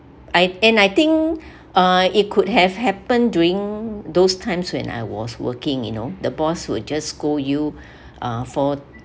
I and I think uh it could have happened during those times when I was working you know the boss would just scold you uh for